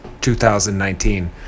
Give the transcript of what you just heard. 2019